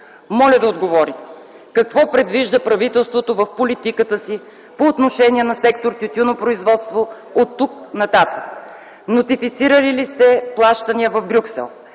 Моля да отговорите: какво предвижда правителството в политиката си по отношение на сектор „Тютюнопроизводство” оттук нататък. Нотифицирали ли сте плащания в Брюксел?